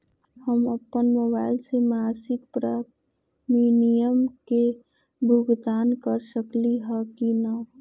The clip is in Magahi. हम अपन मोबाइल से मासिक प्रीमियम के भुगतान कर सकली ह की न?